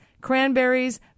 cranberries